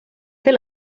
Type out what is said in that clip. fer